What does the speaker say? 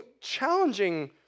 challenging